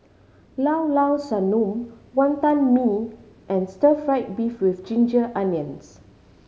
Llao Llao Sanum Wantan Mee and stir fried beef with ginger onions